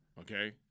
okay